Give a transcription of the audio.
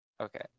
Okay